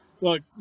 look